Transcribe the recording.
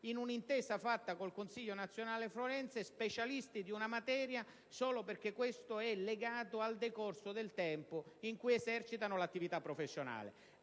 in un'intesa presa con il Consiglio nazionale forense, specialisti di una materia solo perché ciò è legato al decorso del tempo in cui esercitano l'attività professionale?